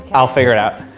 i'll figure it out.